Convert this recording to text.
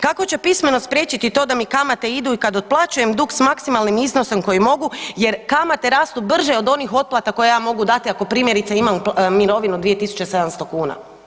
Kako će pismenost spriječiti to da mi kamate idu i kad otplaćujem dug s maksimalnim iznosom koji mogu jer kamate rastu brže od onih otplata koje ja mogu dat ako primjerice imam mirovinu 2700 kuna?